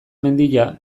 mendia